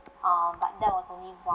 um but that was only once